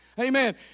Amen